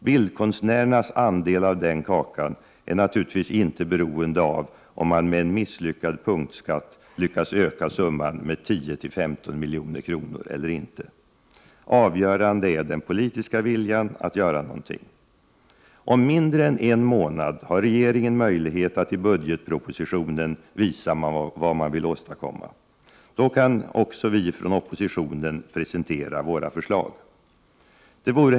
Bildkonstnärernas andel av den kakan är naturligtvis inte beroende av om man med en misslyckad punktskatt lyckas öka summan med 10-15 milj.kr. eller inte. Avgörande är den politiska viljan att göra någonting. Om mindre än en månad har regeringen möjlighet att i budgetpropositionen visa vad man vill åstadkomma. Då kan vi också ifrån oppositionen presentera våra förslag. Herr talman!